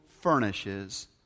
furnishes